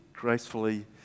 gracefully